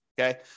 Okay